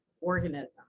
organism